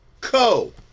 co